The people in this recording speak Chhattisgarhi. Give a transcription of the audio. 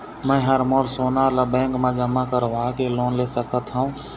मैं हर मोर सोना ला बैंक म जमा करवाके लोन ले सकत हो?